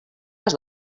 les